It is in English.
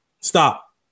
Stop